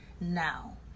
now